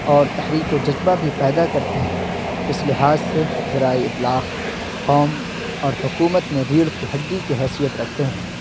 اور تحریک و جذبہ بھی پیدا کرتے ہیں اس لحاظ سے ذرائع ابلاغ قوم اور حکومت میں ریڑھ کی ہڈی کی حیثیت رکھتے ہیں